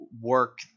work